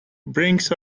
brings